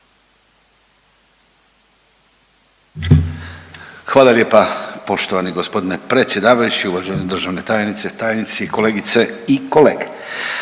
Hvala lijepa. Gospodine predsjedniče, uvažena državna tajnice, kolegice i kolege.